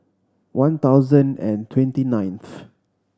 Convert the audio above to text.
one thousand and twenty ninth